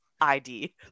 id